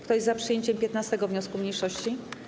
Kto jest za przyjęciem 15. wniosku mniejszości?